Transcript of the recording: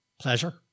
pleasure